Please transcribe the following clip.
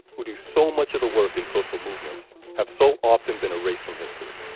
who do so much of the work in social movements, have so often been erased from history.